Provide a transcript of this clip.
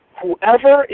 whoever